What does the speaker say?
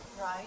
Right